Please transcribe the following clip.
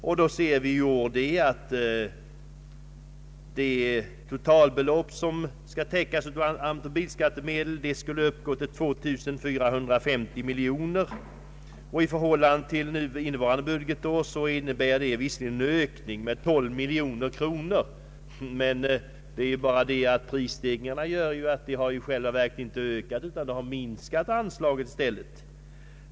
I år ser vi att det totala belopp som skall täckas av automobilskattemedel skulle uppgå till 2 450 miljoner kronor. I förhållande till innevarande budgetår innebär det visserligen en ökning med 12 miljoner kronor, men prisstegringarna gör ju att anslaget i själva verket inte har ökat utan i stället minskat.